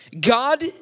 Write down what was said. God